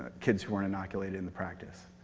kids who weren't inoculated in the practice.